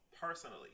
personally